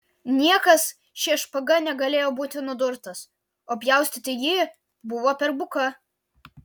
niekas šia špaga negalėjo būti nudurtas o pjaustyti ji buvo per buka